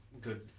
good